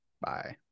Bye